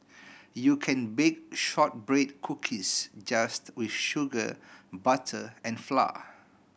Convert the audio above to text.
you can bake shortbread cookies just with sugar butter and flour